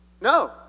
No